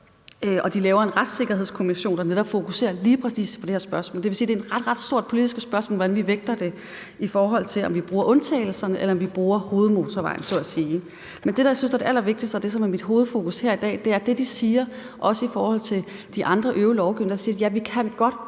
og de lavede en Retssikkerhedskommission, der netop fokuserede på lige præcis det her spørgsmål. Det vil sige, at det er et ret stort politisk spørgsmål, hvordan vi vægter det, i forhold til om vi bruger undtagelserne eller vi bruger hovedmotorvejen, om man så må sige. Men det, jeg synes er det allervigtigste, og det, som er mit hovedfokus her i dag, er, at det, de siger, også i forhold til den øvrige EU-lovgivning, er, at vi godt